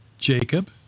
Jacob